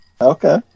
Okay